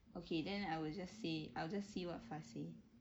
okay then I will just say I'll just see what faz say